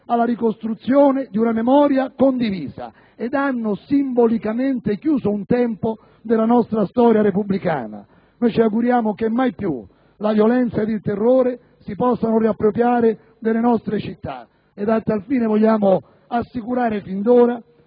alla ricostruzione di una memoria condivisa e ha simbolicamente chiuso un periodo della nostra storia repubblicana. Noi ci auguriamo che mai più la violenza ed il terrore si possano riappropriare delle nostro città e a tal fine vogliamo assicurare fin d'ora